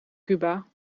cuba